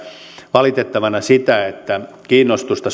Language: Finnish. valitettavana sitä että kiinnostusta